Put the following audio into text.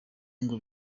ngo